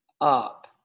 up